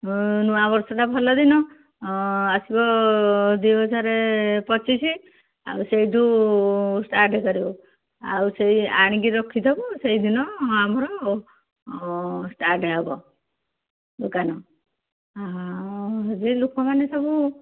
ନୂଆ ବର୍ଷଟା ଭଲ ଦିନ ଆସିବ ଦୁଇ ହଜାର ପଚିଶ ଆଉ ସେଇଠୁ ଷ୍ଟାର୍ଟ କରିବୁ ଆଉ ସେଇ ଆଣିକି ରଖିଥବୁ ସେଇଦିନ ଆମର ଷ୍ଟାର୍ଟ ହବ ଦୋକାନ ଯେଉଁ ଲୋକମାନେ ସବୁ